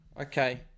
Okay